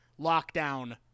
lockdown